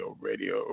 radio